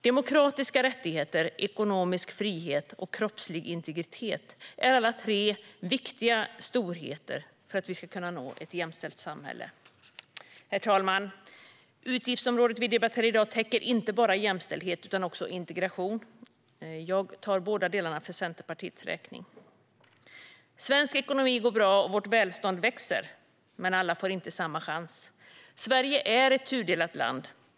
Demokratiska rättigheter, ekonomisk frihet och kroppslig integritet är alla tre viktiga storheter för att vi ska kunna nå ett jämställt samhälle. Herr talman! Utgiftsområdet som vi debatterar i dag täcker inte bara jämställdhet utan också integration. Jag debatterar båda delarna för Centerpartiets räkning. Svensk ekonomi går bra och vårt välstånd växer, men alla får inte samma chans. Sverige är ett tudelat land.